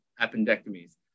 appendectomies